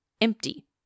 empty